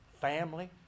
family